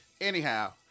anyhow